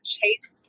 Chase